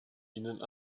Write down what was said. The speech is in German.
ihnen